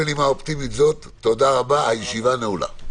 תודה רבה, הישיבה נעולה.